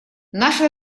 наши